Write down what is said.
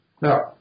Now